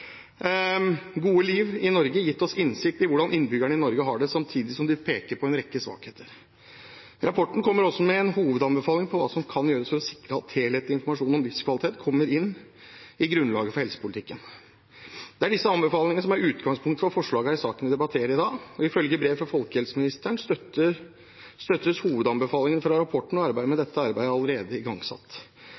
Gode liv i Norge, gitt oss innsikt i hvordan innbyggerne i Norge har det, samtidig som de peker på en rekke svakheter. Rapporten kommer også med en hovedanbefaling om hva som kan gjøres for å sikre at helhetlig informasjon om livskvalitet kommer inn i grunnlaget for helsepolitikken. Det er disse anbefalingene som er utgangspunkt for forslagene i saken vi debatterer i dag. Ifølge brev fra folkehelseministeren støttes hovedanbefalingene fra rapporten, og arbeidet med dette er allerede igangsatt.